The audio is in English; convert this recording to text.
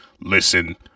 Listen